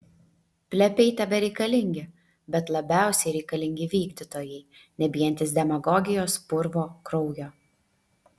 plepiai tebereikalingi bet labiausiai reikalingi vykdytojai nebijantys demagogijos purvo kraujo